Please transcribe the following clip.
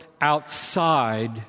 outside